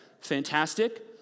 fantastic